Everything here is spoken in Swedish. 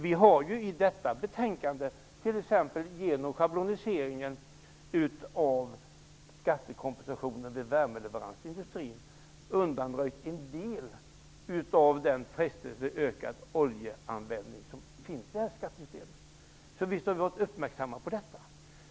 Vi har i detta betänkande genom förslag om schabloniseringen av skattekompensationen vid värmeleverans till industrin undanröjt en del av den frestelse för ökad oljeanvändning som finns i skattesystemet. Visst har vi varit uppmärksamma på detta.